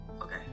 okay